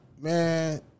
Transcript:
man